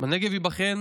"בנגב ייבחן